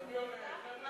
כי התחלפו הממשלות.